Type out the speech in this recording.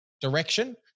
direction